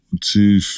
two